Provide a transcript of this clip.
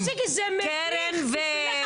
תפסיקי, זה מביך בשבילך.